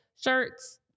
shirts